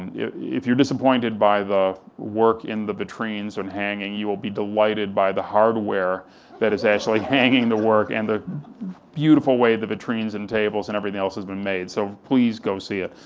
if you're disappointed by the work in the vitrines and hanging, you will be delighted by the hardware that is actually hanging the work and beautiful way the vitrines and tables and everything else has been made, so please go see it.